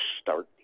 start